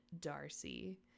Darcy